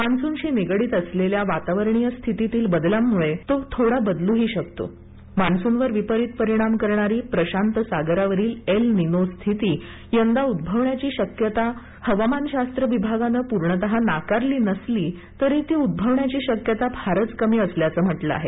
मान्सूनशी निगडित असलेल्या वातावरणीय स्थितीतील परिवर्तनांमुळे तो थोडा बदलूही शकतो मान्सून वर विपरित परिणाम करणारी प्रशांत सागरावरील एल निनो स्थिती यंदा उद्भवण्याची शक्यता हवामानशास्त्र विभागानं पूर्णतः नाकारली नसली तरी ती उद्भवण्याची शक्यता फारच कमी असल्याचं म्हटलं आहे